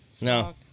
No